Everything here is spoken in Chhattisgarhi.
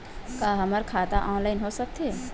का हमर खाता ऑनलाइन हो सकथे?